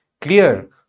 clear